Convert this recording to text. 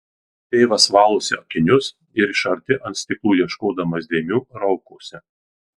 tėvas valosi akinius ir iš arti ant stiklų ieškodamas dėmių raukosi